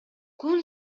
күн